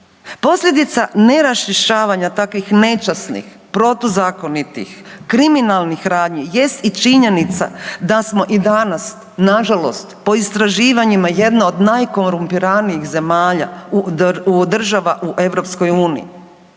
Posljedica neraščišćavanja takvih nečasnih, protuzakonitih, kriminalnih radnji jest i činjenica da smo i danas nažalost po istraživanjima jedna od najkorumpiranijih zemalja, država u EU.